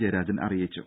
ജയരാജൻ അറിയിച്ചു